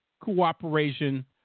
cooperation